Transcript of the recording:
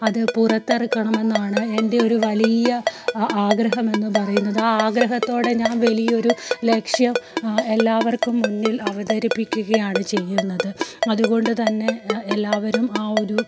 അത് പുറത്തിറക്കണമെന്നാണ് എൻ്റെ ഒരു വലിയ ആഗ്രഹമെന്നു പറയുന്നത് ആ ആഗ്രഹത്തോടെ ഞാൻ വലിയൊരു ലക്ഷ്യം എല്ലാവർക്കും മുന്നിൽ അവതരിപ്പിക്കുകയാണ് ചെയ്യുന്നത് അതുകൊണ്ടുതന്നെ എല്ലാവരും ആ ഒരു